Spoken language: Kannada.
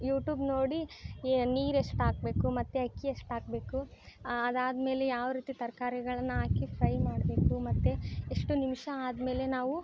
ಯು ಟೂಬ್ ನೋಡಿ ಈ ನೀರು ಎಷ್ಟು ಹಾಕ್ಬೇಕು ಮತ್ತು ಅಕ್ಕಿ ಎಷ್ಟು ಹಾಕ್ಬೇಕು ಅದು ಆದ್ಮೇಲೆ ಯಾವ ರೀತಿ ತರಕಾರಿಗಳನ್ನ ಹಾಕಿ ಫ್ರೈ ಮಾಡಬೇಕು ಮತ್ತೆ ಎಷ್ಟು ನಿಮಿಷ ಆದ್ಮೇಲೆ ನಾವು